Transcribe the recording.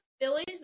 Phillies